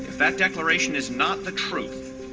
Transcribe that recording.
that declaration is not the truth.